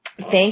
Thank